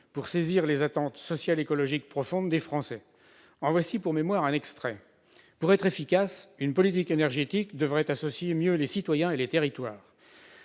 pour saisir les attentes sociales et écologiques profondes des Français. Voici, pour mémoire, un extrait de ses propos :« Pour être efficace, une politique énergétique devrait associer mieux les citoyens et les territoires.